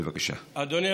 בבקשה, אדוני.